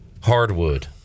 hardwood